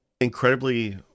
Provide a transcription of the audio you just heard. incredibly